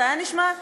זה נשמע,